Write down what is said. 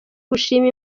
gushima